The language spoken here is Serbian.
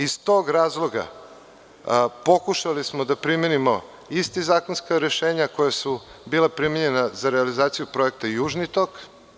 Iz tog razloga pokušali smo da primenimo ista zakonska rešenja koja su bila primenjena za realizaciju projekata i „Južni tok“